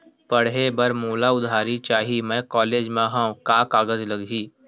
पढ़े बर मोला उधारी चाही मैं कॉलेज मा हव, का कागज लगही?